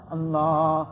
Allah